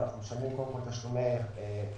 אנחנו משלמים קודם כול תשלומי חובה,